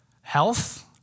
health